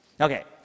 Okay